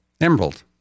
Emerald